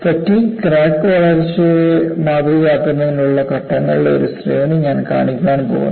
fatigue crack വളർച്ചയെ മാതൃകയാക്കുന്നതിനുള്ള ഘട്ടങ്ങളുടെ ഒരു ശ്രേണി ഞാൻ കാണിക്കാൻ പോകുന്നു